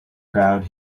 crowd